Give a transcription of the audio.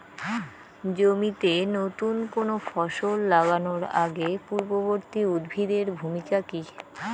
জমিতে নুতন কোনো ফসল লাগানোর আগে পূর্ববর্তী উদ্ভিদ এর ভূমিকা কি?